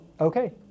okay